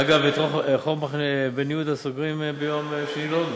אגב, את רחוב בן-יהודה סוגרים ביום 2 באוגוסט,